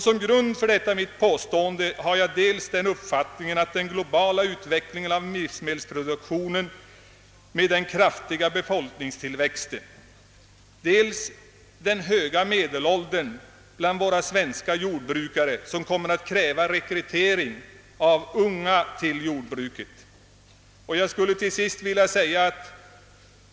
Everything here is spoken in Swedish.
Som grund för detta mitt påstående hänvisar jag dels till den globala utvecklingen av livsmedelsproduktionen och den kraftiga befolkningstillväxten, dels till den höga me delåldern bland våra svenska jordbrukare, vilken kommer att kräva en stor rekrytering av unga människor till jordbruket.